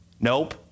Nope